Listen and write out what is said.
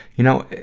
you know,